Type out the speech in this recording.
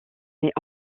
mais